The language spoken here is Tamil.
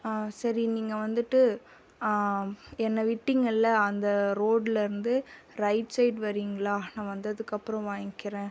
சரி நீங்கள் வந்துட்டு என்னை விட்டிங்கள்ல அந்த ரோடுலேருந்து ரைட் சைட் வரீங்களா நான் வந்ததுக்கு அப்புறம் வாங்கிக்கிறேன்